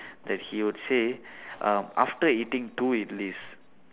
that he would say after uh eating two at least